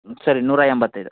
ಸರಿ ನೂರಾ ಎಂಬತ್ತೈದು